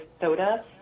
soda